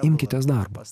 imkitės darbas